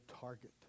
target